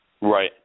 Right